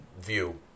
view